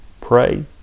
pray